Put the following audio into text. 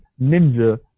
Ninja